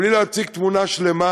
בלי להציג תמונה שלמה